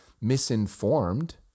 misinformed